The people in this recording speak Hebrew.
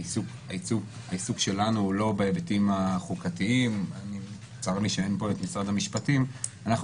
לא, זה כבר קרה לפני בסדר.